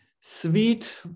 sweet